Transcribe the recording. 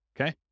Okay